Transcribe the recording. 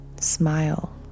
smile